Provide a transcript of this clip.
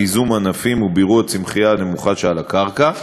גיזום ענפים ובירוא הצמחייה הנמוכה שעל הקרקע,